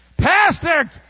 Pastor